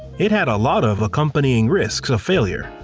it had a lot of accompanying risks of failure,